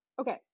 Okay